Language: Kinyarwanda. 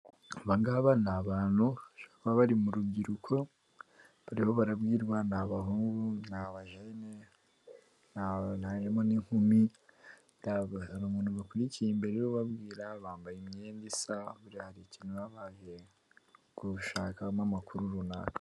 Abangaba ni abantu bashobora kuba bari mu rubyiruko, bariho barabwirwa ni abahungu ni abajene harimo n'inkumi, hari umuntu bakurikiye imbere ubabwira bambaye imyenda isa buriya hari ikintu wabaye kurushakamo amakuru runaka.